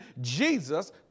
Jesus